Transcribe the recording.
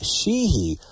Sheehy